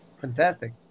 Fantastic